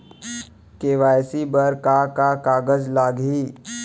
KYC बर का का कागज लागही?